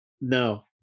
No